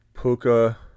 Puka